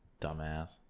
dumbass